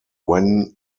when